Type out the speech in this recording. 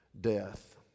Death